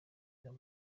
biba